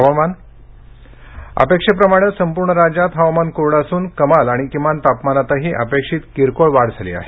हवामान अपेक्षे प्रमाणे संपूर्ण राज्यात हवामान कोरडं असून कमाल आणि किमान तापमानातही अपेक्षित किरकोळ वाढ झाली आहे